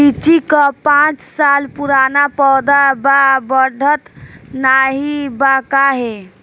लीची क पांच साल पुराना पौधा बा बढ़त नाहीं बा काहे?